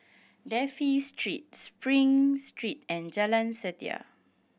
Dafne Street Spring Street and Jalan Setia